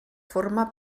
forma